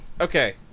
Okay